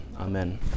amen